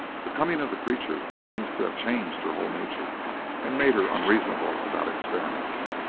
the coming of the creature seems to have changed her whole nature and made her unreasonable about experiments.